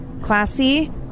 Classy